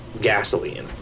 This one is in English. gasoline